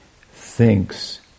thinks